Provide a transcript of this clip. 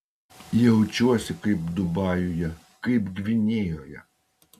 jaučiuosi kaip dubajuje kaip gvinėjoje